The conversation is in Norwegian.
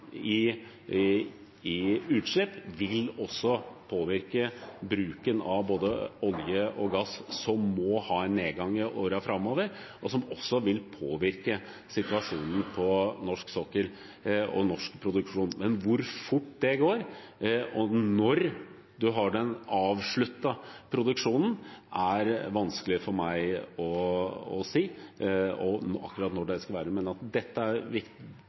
i utslipp også vil påvirke bruken av både olje og gass, som må ha en nedgang i årene framover, og som også vil påvirke situasjonen på norsk sokkel og norsk produksjon. Hvor fort det går, og akkurat når en har avsluttet produksjonen, er vanskelig for meg å si. Men at vi må gjøre alt vi kan, få opp tempoet og handle nå for å redusere utslippene så raskt som mulig, er